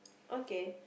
okay